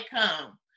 come